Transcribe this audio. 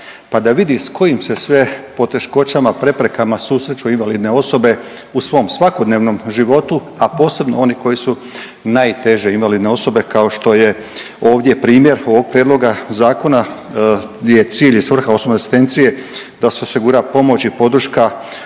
pa da vidi s kojim se sve poteškoćama, preprekama susreću invalidne osobe u svom svakodnevnom životu, a posebno oni koji su najteže invalidne osobe kao što je ovdje primjer ovog prijedloga zakona gdje je cilj i svrha osobne asistencije da se osigura pomoć i podrška